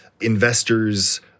investors